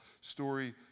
story